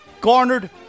garnered